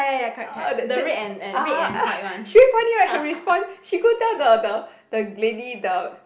ya then then ah ah she very funny right her response she go tell the the the lady the